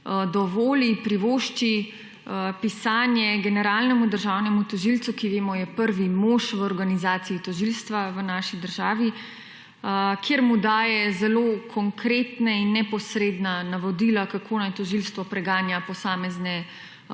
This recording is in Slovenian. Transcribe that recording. dovoli, privošči pisanje generalnemu državnemu tožilcu, ki vemo, je prvi mož v organizaciji tožilstva v naši državi, kjer mu daje zelo konkretna in neposredna navodila, kako naj tožilstvo preganja posamezne domnevne